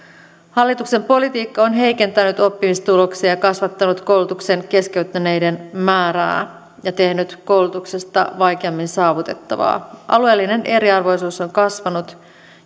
hallituksen politiikka on heikentänyt oppimistuloksia kasvattanut koulutuksen keskeyttäneiden määrää ja tehnyt koulutuksesta vaikeammin saavutettavaa alueellinen eriarvoisuus on kasvanut